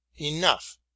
Enough